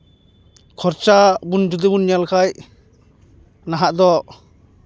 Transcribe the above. ᱠᱷᱚᱨᱪᱟ ᱡᱩᱫᱤ ᱵᱚᱱ ᱧᱮᱞ ᱠᱷᱟᱱ ᱱᱟᱦᱟᱜ ᱫᱚ